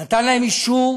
אישור